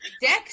Dex